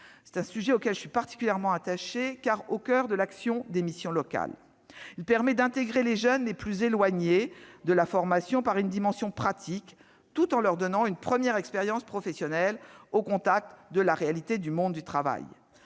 C'est un sujet auquel je suis particulièrement attachée, puisqu'au coeur de l'action des missions locales. Il permet d'intégrer les jeunes les plus éloignés de la formation par une dimension pratique, tout en leur donnant une première expérience professionnelle au contact de la réalité du monde du travail.